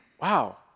Wow